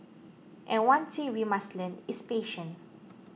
and one thing we must learn is patience